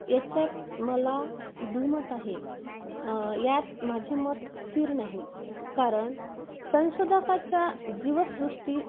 याच्यात मला दुमत आहे यात माझे मत स्थिर नाही कारण संशोधकाच्या जीवसृष्टी